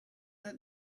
that